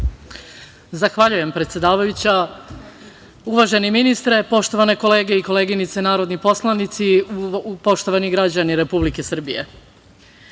Zahvaljujem, predsedavajuća. Uvaženi ministre, poštovane kolege i koleginice narodni poslanici, poštovani građani Republike Srbije,